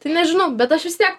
tai nežinau bet aš vis tiek